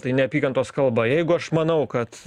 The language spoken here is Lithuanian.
tai neapykantos kalba jeigu aš manau kad